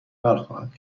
برخواهد